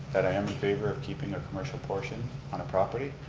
that i am in favor of keeping their commercial portion on a property.